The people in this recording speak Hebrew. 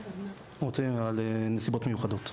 רוצים על נסיבות מיוחדות.